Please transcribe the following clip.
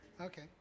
Okay